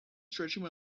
stretching